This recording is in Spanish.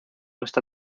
esta